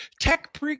Tech